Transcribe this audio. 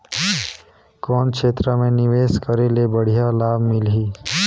कौन क्षेत्र मे निवेश करे ले बढ़िया लाभ मिलही?